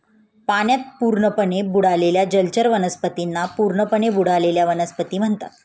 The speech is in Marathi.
पाण्यात पूर्णपणे बुडालेल्या जलचर वनस्पतींना पूर्णपणे बुडलेल्या वनस्पती म्हणतात